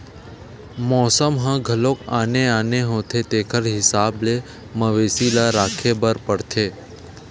मउसम ह घलो आने आने होथे तेखर हिसाब ले मवेशी ल राखे बर परथे